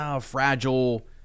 fragile